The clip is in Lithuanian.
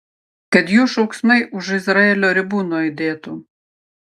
kad jų šauksmai už izraelio ribų nuaidėtų